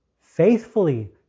faithfully